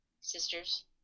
sisters